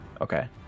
Okay